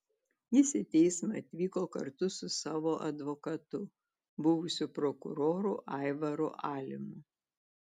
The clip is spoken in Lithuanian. jis į teismą atvyko kartu su savo advokatu buvusiu prokuroru aivaru alimu